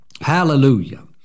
Hallelujah